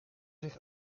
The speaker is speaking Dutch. zich